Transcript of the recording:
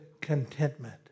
contentment